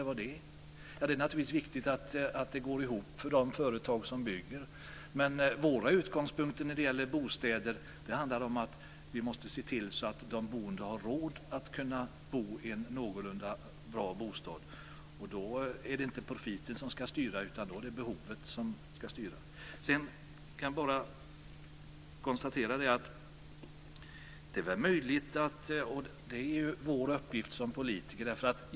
Det är naturligtvis viktigt att det går ihop för de företag som bygger. Men våra utgångspunkter när det gäller bostäder handlar om att vi måste se till att de boende har råd att bo i en någorlunda bra bostad. Då är det inte profiten som ska styra, utan då är det behovet som ska styra.